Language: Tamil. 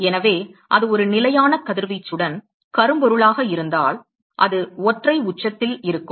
எனவே அது ஒரு நிலையான கதிர்வீச்சுடன் கரும்பொருளாக இருந்தால் அது ஒற்றை உச்சத்தில் இருக்கும்